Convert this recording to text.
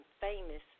famous